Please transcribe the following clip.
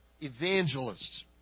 Evangelists